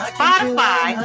Spotify